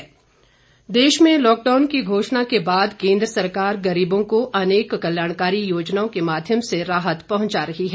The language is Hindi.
लॉकडाउन देश में लॉकडाउन की घोषणा के बाद केंद्र सरकार गरीबों को अनेक कल्याणकारी योजनाओं के माध्यम से राहत पहुंचा रही है